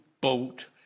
boat